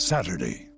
Saturday